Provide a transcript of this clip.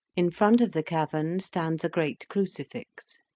in front of the cavern stands a great crucifix.